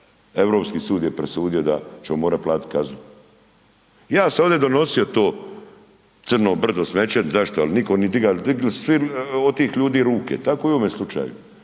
Europski sud je presudio da ćemo morati platiti kaznu. Ja sam ovdje donosio to crno brdo smeće, zašto, ali nitko nije diga, digli su svi od tih ljudi ruke, tako i ovome slučaju.